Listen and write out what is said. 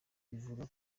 bivugwa